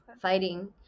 fighting